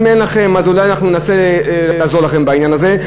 ואם אין לכם אז אולי אנחנו ננסה לעזור לכם בעניין הזה.